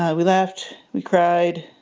ah we laughed. we cried.